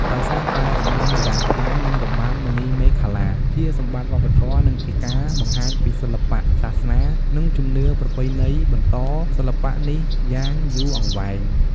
ដោយសារតែរបាំបុរាណខ្មែរនិងរបាំមណីមេខលា ជាសម្បត្តិវប្បធម៌ និងជាការបង្ហាញពីសិល្បៈ សាសនា និងជំនឿប្រពៃណីបន្តសិល្បៈនេះយ៉ាងយូរអង្វែង។